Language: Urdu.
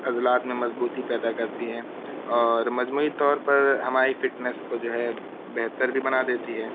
عضلات میں مضبوطی پیدا کرتی ہیں اور مجموعی طور پر ہماری فٹنس کو جو ہے بہتر بھی بنا دیتی ہے